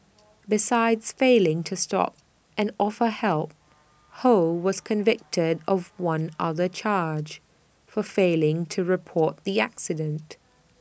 besides failing to stop and offer help ho was convicted of one other charge for failing to report the accident